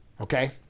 Okay